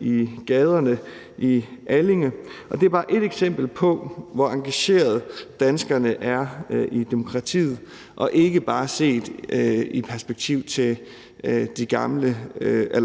i gaderne i Allinge, og det er bare ét eksempel på, hvor engagerede danskerne er i demokratiet, ikke bare set i